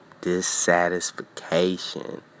dissatisfaction